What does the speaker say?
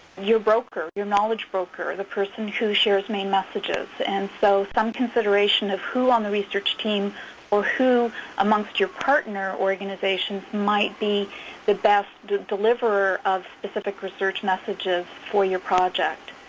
broker, your knowledge broker, the person who shares main messages. and so some consideration of who on the research team or who amongst your partner organizations might be the best deliverer of specific research messages for your project.